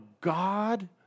God